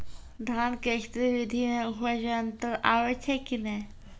धान के स्री विधि मे उपज मे अन्तर आबै छै कि नैय?